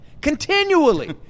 continually